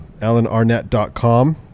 AlanArnett.com